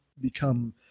become